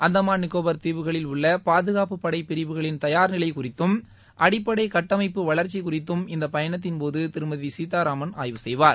அந்தமான் நிக்கோபார் தீவுகளில் உள்ள பாதுகாப்பு படை பிரிவுகளின் தயார்நிலை குறித்தும் அடிப்படை கட்டமைப்பு வளர்ச்சி குறித்தும் இந்த பயணத்தின்போது திருமதி சீதாராமன் ஆய்வு செய்வார்